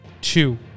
Two